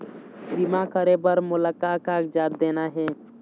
बीमा करे बर मोला का कागजात देना हे?